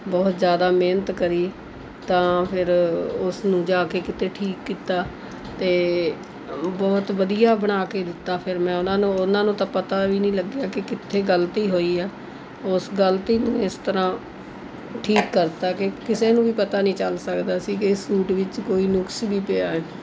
ਬਹੁਤ ਜ਼ਿਆਦਾ ਮਿਹਨਤ ਕਰੀ ਤਾਂ ਫਿਰ ਉਸਨੂੰ ਜਾ ਕੇ ਕਿਤੇ ਠੀਕ ਕੀਤਾ ਅਤੇ ਬਹੁਤ ਵਧੀਆ ਬਣਾ ਕੇ ਦਿੱਤਾ ਫਿਰ ਮੈਂ ਉਹਨਾਂ ਨੂੰ ਉਹਨਾਂ ਨੂੰ ਤਾਂ ਪਤਾ ਵੀ ਨਹੀਂ ਲੱਗਿਆ ਕਿ ਕਿੱਥੇ ਗਲਤੀ ਹੋਈ ਆ ਉਸ ਗਲਤੀ ਨੂੰ ਇਸ ਤਰ੍ਹਾਂ ਠੀਕ ਕਰਤਾ ਕਿ ਕਿਸੇ ਨੂੰ ਵੀ ਪਤਾ ਨਹੀਂ ਚੱਲ ਸਕਦਾ ਸੀ ਕਿ ਸੂਟ ਵਿੱਚ ਕੋਈ ਨੁਕਸ ਵੀ ਪਿਆ ਹੈ